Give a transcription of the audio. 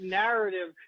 narrative